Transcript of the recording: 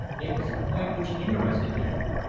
it was a point which interested him.